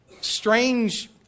strange